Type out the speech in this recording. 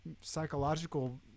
psychological